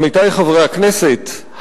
עמיתי חברי הכנסת,